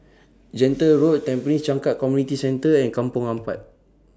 Gentle Road Tampines Changkat Community Centre and Kampong Ampat